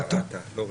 רת"א, לא רש"ת.